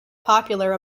popular